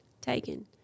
taken